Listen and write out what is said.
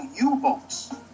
U-boats